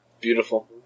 Beautiful